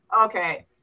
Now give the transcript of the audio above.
Okay